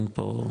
אין פה,